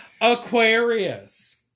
Aquarius